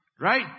right